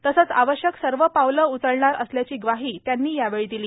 तसंच आवश्यक सर्व पावलं उचलणार असल्याची ग्वाही त्यांनी यावेळी दिली